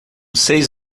seis